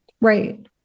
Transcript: Right